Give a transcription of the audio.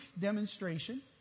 demonstration